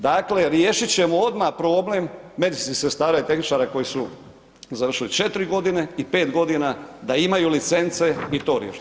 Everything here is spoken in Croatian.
Dakle riješiti ćemo odmah problem medicinskih sestara i tehničara koji su završili 4 godine i 5 godina da imaju licence i to riješiti.